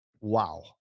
Wow